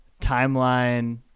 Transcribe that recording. timeline